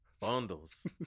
Bundles